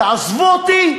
תעזבו אותי,